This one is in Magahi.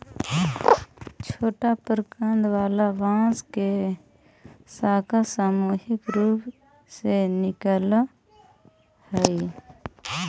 छोटा प्रकन्द वाला बांस के शाखा सामूहिक रूप से निकलऽ हई